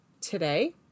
today